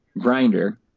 grinder